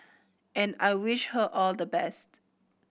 and I wish her all the best